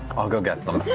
i'll go get them.